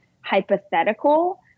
hypothetical